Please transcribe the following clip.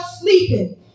sleeping